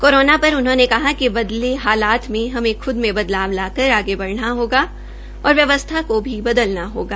corona पर उन्होंने कहा कि बदले हालात में हमें खूद में बदलाव लाकर आगे बढना होगा और व्यवस्थाको भी बदलना होगा